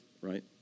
right